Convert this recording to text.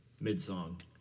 mid-song